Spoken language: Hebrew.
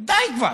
די כבר.